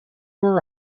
wear